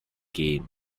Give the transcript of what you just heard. game